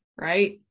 Right